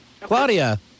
Claudia